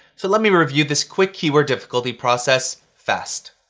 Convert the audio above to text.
so let me review this quick keyword difficulty process fast.